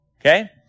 okay